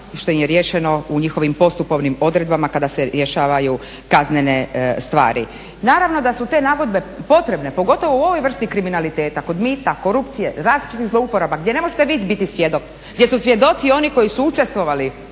što im je riješeno u njihovim postupovnim odredbama kada se rješavaju kaznene stvari. Naravno da su te nagodbe potrebne, pogotovo u ovaj vrsti kriminaliteta kod mita, korupcije, različitih zlouporaba gdje ne možete vi biti svjedok, gdje su svjedoci oni koji su učestvovali